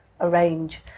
arrange